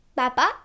papa